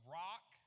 rock